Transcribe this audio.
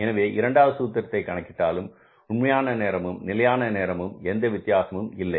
எனவே இரண்டாவது சூத்திரத்தை கணக்கிட்டாலும் உண்மையான நேரமும் நிலையான நேரமும் எந்த வித்தியாசமும் இல்லை